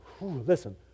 listen